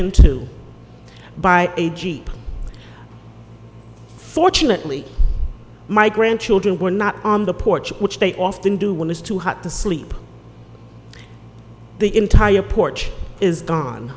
into by a jeep fortunately my grandchildren were not on the porch which they often do when it's too hot to sleep the entire porch is